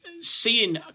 seeing